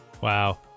Wow